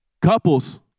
Couples